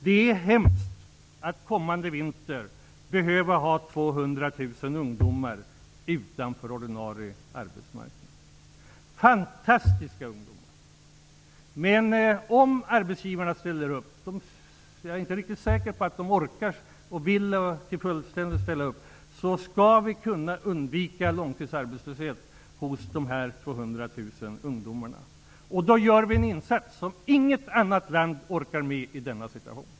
Det är hemskt att 200 000 ungdomar -- fantastiska ungdomar -- kommande vinter måste stå utanför ordinarie arbetsmarknad. Men om arbetsgivarna ställer upp -- jag är inte säker på att de orkar och vill göra det fullt ut -- kan långtidsarbetslöshet undvikas för dessa 200 000 ungdomar. Då gör vi en insats, som inget annat land orkar med i denna situation.